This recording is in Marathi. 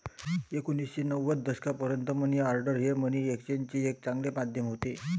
एकोणीसशे नव्वदच्या दशकापर्यंत मनी ऑर्डर हे मनी एक्सचेंजचे एक चांगले माध्यम होते